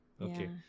Okay